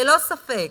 ללא ספק,